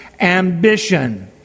ambition